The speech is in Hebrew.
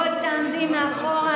בואי תעמדי מאחור,